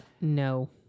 No